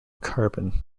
carbon